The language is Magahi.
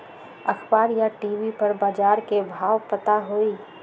अखबार या टी.वी पर बजार के भाव पता होई?